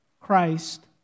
Christ